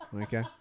Okay